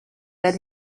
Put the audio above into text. that